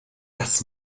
dass